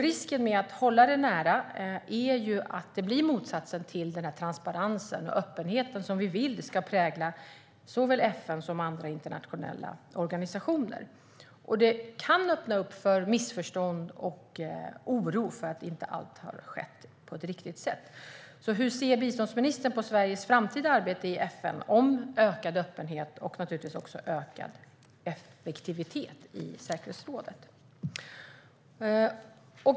Risken med att hålla korten nära är att det blir motsatsen till den transparens och öppenhet vi vill ska prägla såväl FN som andra internationella organisationer. Det kan öppna för missförstånd och oro för att allt inte har skett på ett riktigt sätt. Hur ser biståndsministern på Sveriges framtida arbete i FN om ökad öppenhet och naturligtvis ökad effektivitet i säkerhetsrådet?